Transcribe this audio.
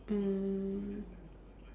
um